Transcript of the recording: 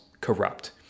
corrupt